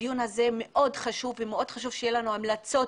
הדיון הזה מאוד חשוב ומאוד חשוב שיהיו לנו המלצות